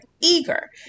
eager